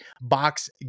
box